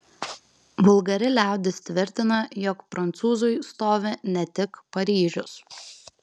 vulgari liaudis tvirtina jog prancūzui stovi ne tik paryžius